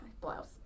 Blouse